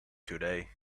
today